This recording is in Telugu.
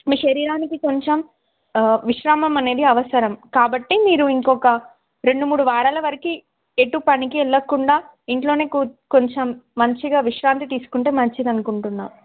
మీ శరీరానికి కొంచెం విశ్రామం అనేది అవసరం కాబట్టి మీరు ఇంకొక రెండు మూడు వారాల వరకు ఎటూ పనికి వెళ్ళకుండా ఇంట్లోనే కొ కొంచెం మంచిగా విశ్రాంతి తీసుకుంటే మంచిదనుకుంటున్నాను